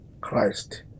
Christ